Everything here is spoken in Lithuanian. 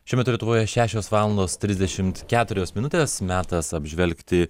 šiuo metu lietuvoje šešios valandos trisdešim keturios minutės metas apžvelgti